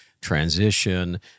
transition